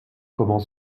comment